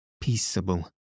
peaceable